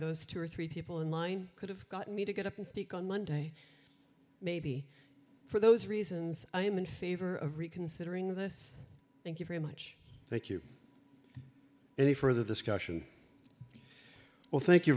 those two or three people in line could have gotten me to get up and speak on monday maybe for those reasons i am in favor of reconsidering this thank you very much thank you any further discussion well thank you